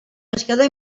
pescador